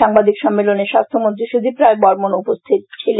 সাংবাদিক সম্মেলনে স্বাস্থ্য মন্ত্রী সুদীপ রায় বর্মন উপস্থিত ছিলেন